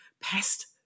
pest